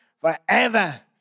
forever